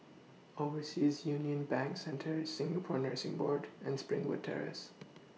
Overseas Union Bank Centre Singapore Nursing Board and Springwood Terrace